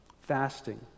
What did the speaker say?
fasting